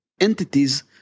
entities